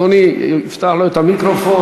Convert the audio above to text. אדוני יפתח לו את המיקרופון.